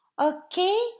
okay